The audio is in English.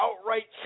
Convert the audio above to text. outright